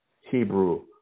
Hebrew